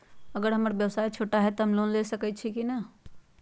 अगर हमर व्यवसाय छोटा है त हम लोन ले सकईछी की न?